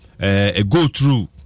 go-through